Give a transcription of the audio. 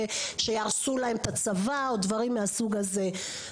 שיהרסו להם את הצבא או דברים מהסוג הזה.